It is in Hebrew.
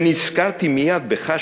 ונזכרתי מייד בך,